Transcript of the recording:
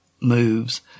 moves